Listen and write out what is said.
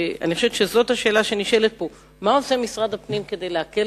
אני חושבת שזו השאלה שנשאלת פה: מה עושה משרד הפנים כדי להקל